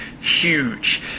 huge